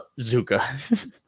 zuka